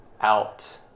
out